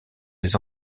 les